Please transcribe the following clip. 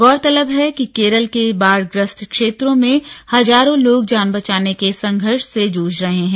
गौरतलब है कि केरल के बाढ़ग्रस्त क्षेत्रों में हजारों लोग जान बचाने के संघर्ष से जुझ रहे हैं